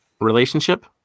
relationship